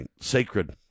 sacred